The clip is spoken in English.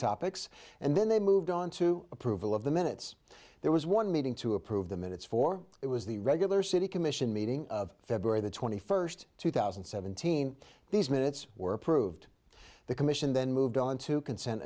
topics and then they moved on to approval of the minutes there was one meeting to approve the minutes for it was the regular city commission meeting of february the twenty first two thousand and seventeen these minutes were approved by the commission then moved on to consent